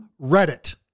Reddit